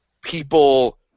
people